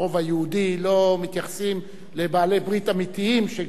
לא מתייחסים לבעלי-ברית אמיתיים שקשרו